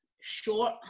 short